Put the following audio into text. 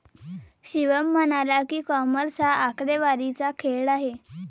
शिवम म्हणाला की, कॉमर्स हा आकडेवारीचा खेळ आहे